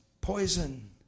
poison